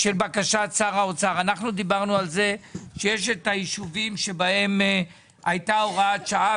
אנחנו דיברנו על זה שיש את היישובים שבהם הייתה הוראת שעה.